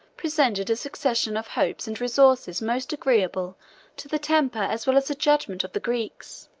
presented a succession of hopes and resources most agreeable to the temper as well as the judgment of the greeks.